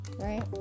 right